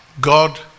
God